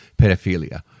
pedophilia